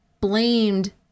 blamed